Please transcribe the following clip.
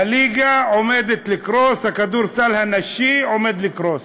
הליגה עומדת לקרוס, הכדורסל הנשי עומד לקרוס.